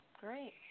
Great